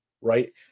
right